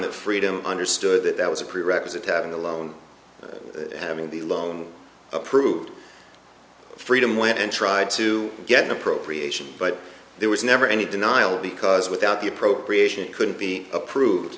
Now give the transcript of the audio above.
that freedom understood that that was a prerequisite having alone having the loan approved freedom went and tried to get an appropriation but there was never any denial because without the appropriation it could be approved